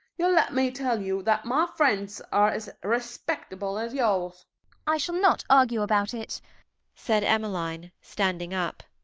you'll let me tell you that my friends are as respectable as yours i shall not argue about it said emmeline, standing up.